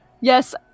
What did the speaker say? Yes